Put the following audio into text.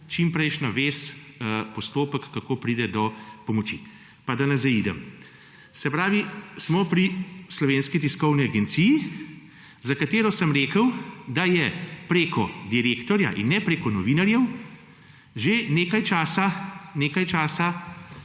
čim prejšnja vez, postopek kako pride do pomoči pa, da ne zaidem. Se pravi smo pri Slovenski tiskovni agenciji, za katero sem rekel, da je preko direktorja in ne preko novinarjev že nekaj časa v